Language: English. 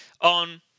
on